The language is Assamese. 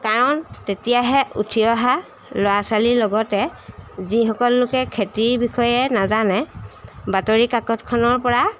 কাৰণ তেতিয়াহে উঠি অহা ল'ৰা ছোৱালীৰ লগতে যিসকল লোকে খেতিৰ বিষয়ে নাজানে বাতৰিকাকতখনৰপৰা